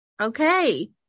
Okay